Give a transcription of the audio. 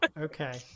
Okay